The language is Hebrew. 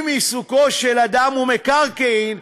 אם עיסוקו של אדם הוא מקרקעין,